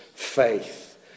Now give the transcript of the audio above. Faith